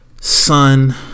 sun